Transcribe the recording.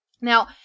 Now